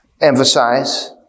emphasize